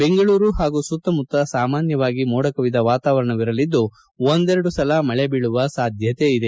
ಬೆಂಗಳೂರು ಹಾಗೂ ಸುತ್ತಮುತ್ತ ಸಾಮಾನ್ಯವಾಗಿ ಮೋಡ ಕವಿದ ವಾತವಾರಣವಿರಲಿದ್ದು ಒಂದೆರಡು ಸಲ ಮಳೆ ಬೀಳುವ ಸಾಧ್ಯತೆ ಇದೆ